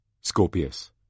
Scorpius